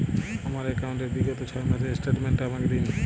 আমার অ্যাকাউন্ট র বিগত ছয় মাসের স্টেটমেন্ট টা আমাকে দিন?